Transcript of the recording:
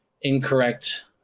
incorrect